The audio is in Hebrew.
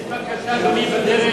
יש בקשה, אדוני,